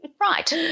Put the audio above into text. Right